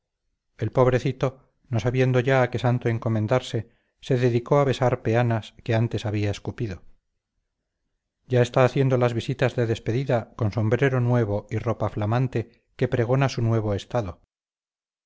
el pobrecito no sabiendo ya a qué santo encomendarse se dedicó a besar peanas que antes había escupido ya está haciendo las visitas de despedida con sombrero nuevo y la ropa flamante que pregona su nuevo estado